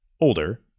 Older